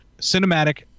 cinematic